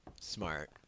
Smart